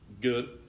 good